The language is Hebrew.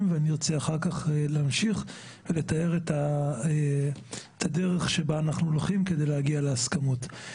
ואחר כך אמשיך לתאר את הדרך שבה --- כדי להגיע להסכמות.